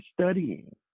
studying